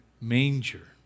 manger